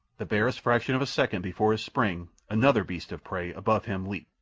the barest fraction of a second before his spring another beast of prey above him leaped,